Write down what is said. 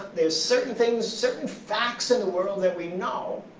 there are certain things, certain facts in the world that we know.